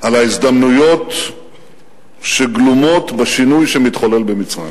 על ההזדמנויות שגלומות בשינוי שמתחולל במצרים.